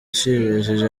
ishimishije